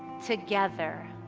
together,